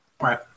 Right